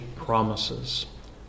promises